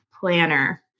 planner